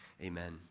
Amen